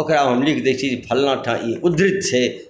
ओकरा हम लिख दय छियै की फलना ठाँम ई उद्धृत छै